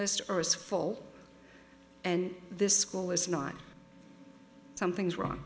list or is full and this school is not something's wrong